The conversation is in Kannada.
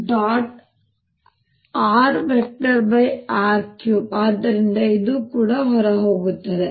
rr3 ಆದ್ದರಿಂದ ಇದು ಹೊರಹೋಗುತ್ತದೆ